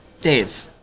Dave